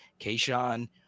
Kayshawn –